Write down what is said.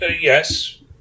Yes